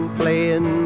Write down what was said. playing